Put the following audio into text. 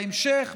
בהמשך,